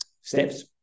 steps